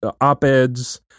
op-eds